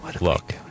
Look